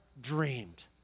dreamed